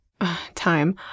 time